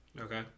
Okay